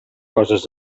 coses